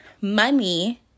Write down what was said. money